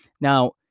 Now